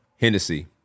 Hennessy